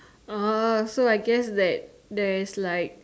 uh so I guess that there is like